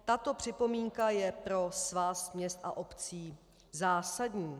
Tato připomínka je pro Svaz měst a obcí zásadní.